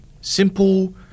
simple